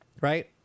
Right